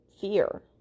fear